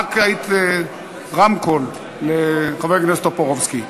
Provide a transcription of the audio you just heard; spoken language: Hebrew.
היית רק רמקול לחבר הכנסת טופורובסקי.